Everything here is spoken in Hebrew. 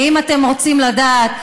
ואם אתם רוצים לדעת,